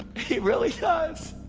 he really does.